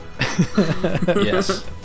Yes